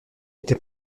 était